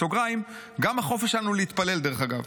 בסוגריים: